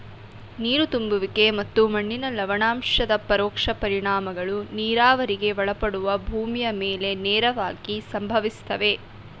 ನೀರು ತುಂಬುವಿಕೆ ಮತ್ತು ಮಣ್ಣಿನ ಲವಣಾಂಶದ ಪರೋಕ್ಷ ಪರಿಣಾಮಗಳು ನೀರಾವರಿಗೆ ಒಳಪಡುವ ಭೂಮಿಯ ಮೇಲೆ ನೇರವಾಗಿ ಸಂಭವಿಸ್ತವೆ